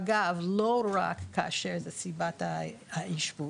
אגב לא רק כאשר זו סיבת האשפוז,